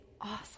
awesome